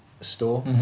store